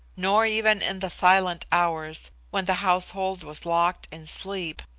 nor even in the silent hours, when the household was locked in sleep,